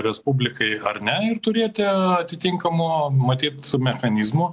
respublikai ar ne ir turėti atitinkamo matyt mechanizmo